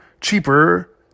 cheaper